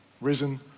risen